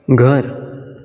घर